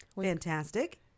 Fantastic